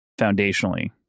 Foundationally